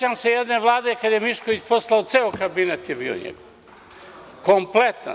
Sećam se jedne Vlade kada je Mišković poslao, ceo kabinet je bio njegov, kompletan.